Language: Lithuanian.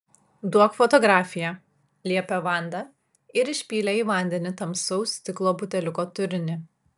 duok fotografiją liepė vanda ir išpylė į vandenį tamsaus stiklo buteliuko turinį